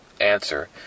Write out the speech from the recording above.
answer